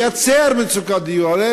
לייצר מצוקת דיור?